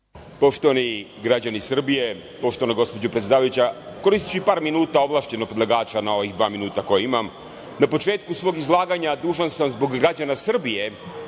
Poštovani građani Srbije, poštovana gospođo predsedavajuća, koristiću i par minuta ovlašćenog predlagača na ovih dva minuta kojih imam. Na početku svog izlaganja dužan sam zbog građana Srbije